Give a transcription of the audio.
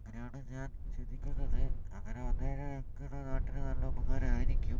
അങ്ങനെയാണ് ഞാൻ ചിന്തിക്കുന്നത് അങ്ങനെ വന്നു കഴിഞ്ഞാൽ ഞങ്ങൾക്കിവിടെ നാട്ടിൽ നല്ല ഉപകാരമായിരിക്കും